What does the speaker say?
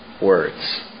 words